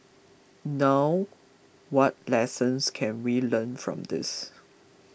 now what lessons can we learn from this